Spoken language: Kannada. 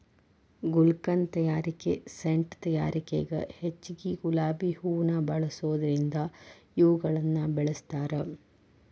ಗುಲ್ಕನ್ ತಯಾರಿಕೆ ಸೇಂಟ್ ತಯಾರಿಕೆಗ ಹೆಚ್ಚಗಿ ಗುಲಾಬಿ ಹೂವುನ ಬಳಸೋದರಿಂದ ಇವುಗಳನ್ನ ಬೆಳಸ್ತಾರ